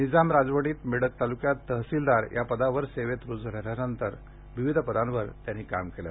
निजाम राजवटीत मेडक ताल्क्यात तहसीलदार या पदावर सेवेत रुजू झाल्यानंतर विविध पदांवर त्यांनी काम केलं